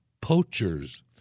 poachers